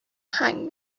hang